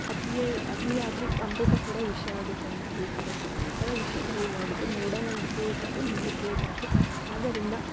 ಅತಿಯೇ ಅತಿಯಾದರೆ ಅಮೃತ ಕೂಡ ವಿಷ ಆಗುತ್ತೆ ಅಂತ ಹೇಳ್ತಾರೆ ಸೊ ಆ ಥರ ವಿಷಯದಲ್ಲಿ ನೋಡಿದರೆ ಮೂಢನಂಬಿಕೆಯು ತಪ್ಪು ನಂಬಿಕೆಯು ತಪ್ಪು ಆದ್ದರಿಂದ